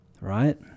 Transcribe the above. right